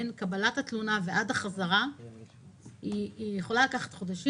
בין קבלת התלונה ועד החזרה היא יכולה לקחת חודשים.